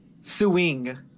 Suing